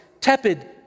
tepid